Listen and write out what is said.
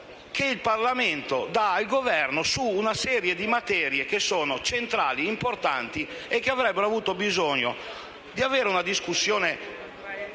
che il Parlamento dà al Governo su una serie di materie centrali e importanti che avrebbero avuto bisogno perlomeno di una discussione